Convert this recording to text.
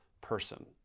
person